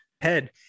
head